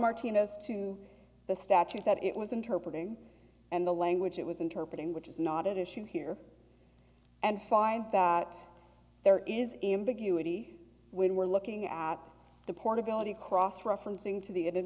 martina's to the statute that it was interpreting and the language it was interpreting which is not at issue here and find that there is ambiguity when we're looking at the portability cross referencing to the